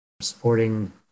supporting